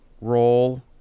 roll